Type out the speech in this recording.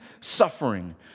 suffering